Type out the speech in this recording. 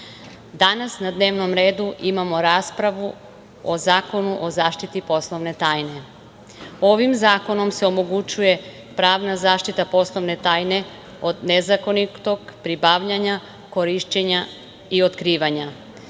danas na dnevnom redu imamo raspravu o Zakonu o zaštiti poslovne tajne. Ovim zakonom se omogućava pravna zaštita poslovne tajne od nezakonitog pribavljanja, korišćenja i otkrivanja.